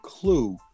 clue